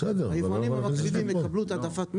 היבואנים המקבילים יקבלו העדפת מכס.